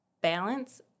balance